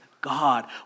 God